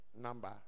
number